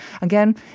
Again